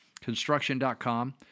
construction.com